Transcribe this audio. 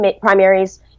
primaries